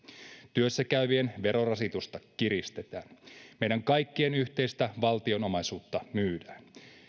työssäkäyvien verorasitusta kiristetään meidän kaikkien yhteistä valtionomaisuutta myydään